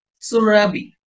surabi